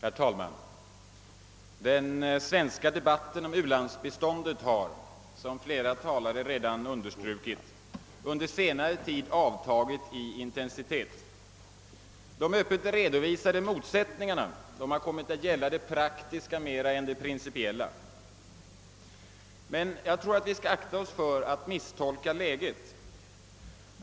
Herr talman! Den svenska debatten om u-landsbiståndet har, såsom flera talare redan understrukit, under senare tid avtagit i intensitet. De öppet redovisade motsättningarna har kommit att gälla det praktiska mera än det principiella, men vi bör akta oss för att misstolka läget.